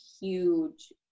huge